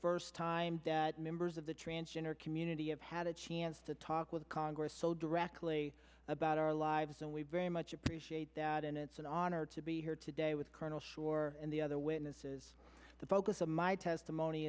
first time that members of the transgender community have had a chance to talk with congress so directly about our lives and we very much appreciate that and it's an honor to be here today with colonel sure and the other witnesses the focus of my testimony